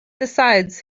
decides